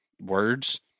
words